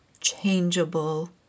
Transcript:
changeable